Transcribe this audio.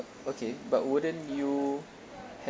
okay but wouldn't you